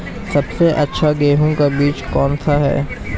सबसे अच्छा गेहूँ का बीज कौन सा है?